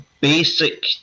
basic